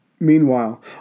Meanwhile